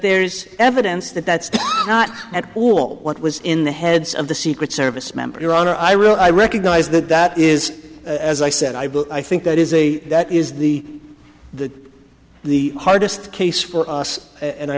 there's evidence that that's not at all what was in the heads of the secret service member your honor i real i recognize that that is as i said i think that is a that is the the the hardest case for us and i